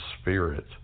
Spirit